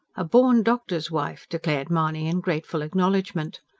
a born doctor's wife, declared mahony in grateful acknowledgment.